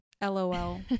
lol